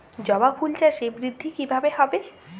জবা ফুল চাষে বৃদ্ধি কিভাবে হবে?